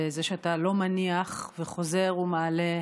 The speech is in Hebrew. בזה שאתה לא מניח וחוזר ומעלה,